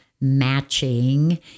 matching